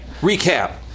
Recap